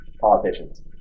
politicians